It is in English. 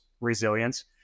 resilience